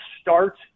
start